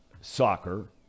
soccer